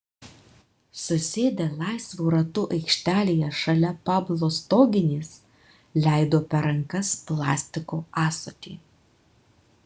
susėdę laisvu ratu aikštelėje šalia pablo stoginės leido per rankas plastiko ąsotį